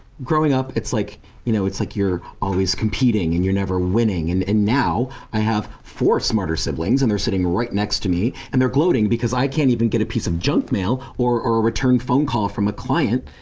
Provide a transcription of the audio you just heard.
growing up, it's like you know like you're always competing and you're never winning. and and now i have four smarter siblings and they're sitting right next to me. and they're gloating because i can't even get a piece of junk mail or or a return phone call from a client.